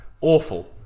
Awful